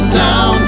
down